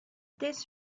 this